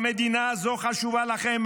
המדינה הזו חשובה לכם,